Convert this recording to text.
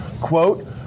quote